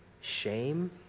shame